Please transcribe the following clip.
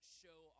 show